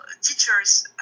teachers